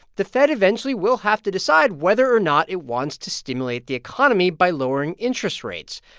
the fed eventually will have to decide whether or not it wants to stimulate the economy by lowering interest rates.